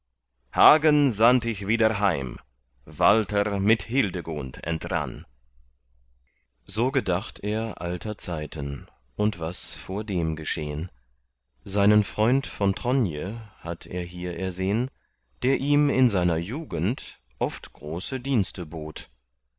hagen sandt ich wieder heim walther mit hildegund entrann so gedacht er alter zeiten und was vordem geschehn seinen freund von tronje hatt er hier ersehn der ihm in seiner jugend oft große dienste bot